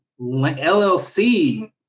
LLC